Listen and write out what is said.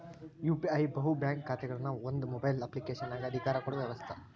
UPI ಬಹು bank ಖಾತೆಗಳನ್ನ ಒಂದ ಮೊಬೈಲ್ ಅಪ್ಲಿಕೇಶನಗ ಅಧಿಕಾರ ಕೊಡೊ ವ್ಯವಸ್ತ